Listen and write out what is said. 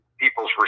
people's